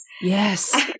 Yes